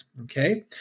okay